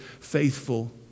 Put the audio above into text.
faithful